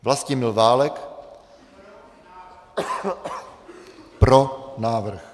Vlastimil Válek: Pro návrh.